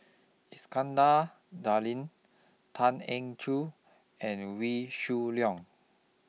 Iskandar Darling Tan Eng Joo and Wee Shoo Leong